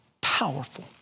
powerful